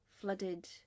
flooded